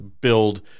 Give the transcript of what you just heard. build